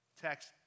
text